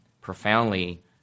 profoundly